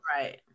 right